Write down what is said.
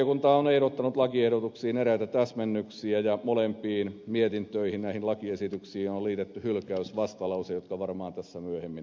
valiokunta on ehdottanut lakiehdotuksiin eräitä täsmennyksiä ja molempiin mietintöihin näihin lakiesityksiin on liitetty hylkäysvastalause ja ne varmaan tässä myöhemmin esitellään